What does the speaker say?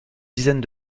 dizaines